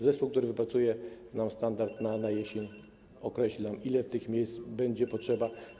Zespół, który wypracuje standard na jesień, określi nam, ile tych miejsc będzie potrzebnych.